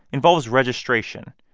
involves registration.